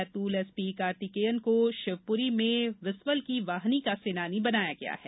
Betul SP Karthikeyan के को शिवपुरी में विसबल की वाहिनी का सेनानी बनाया गया है